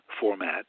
format